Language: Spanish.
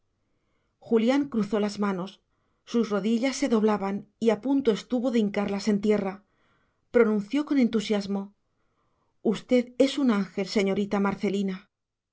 julián cruzó las manos sus rodillas se doblaban y a punto estuvo de hincarlas en tierra pronunció con entusiasmo usted es un ángel señorita marcelina